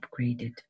upgraded